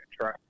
try